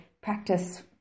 practice